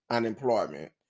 Unemployment